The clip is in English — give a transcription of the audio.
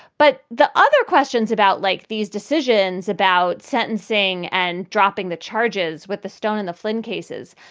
but the other questions about like these decisions about sentencing and dropping the charges with the stone in the flyn cases,